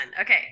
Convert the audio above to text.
Okay